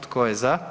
Tko je za?